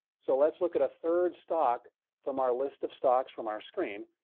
so let's look at a third stock from our list of stocks from our screen.